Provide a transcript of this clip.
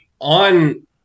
on